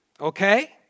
Okay